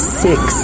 six